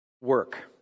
work